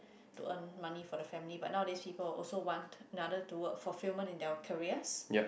to earn money for the family but nowadays people will also want another to work for fulfillment in their careers